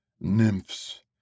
nymphs